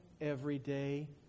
everyday